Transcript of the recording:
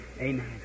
Amen